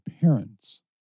parents